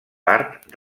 part